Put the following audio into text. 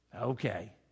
Okay